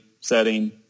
setting